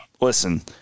listen